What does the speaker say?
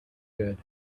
good